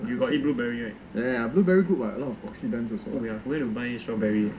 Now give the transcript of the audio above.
you got eat blueberry right !aiya! I forget to buy strawberry